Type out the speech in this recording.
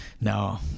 No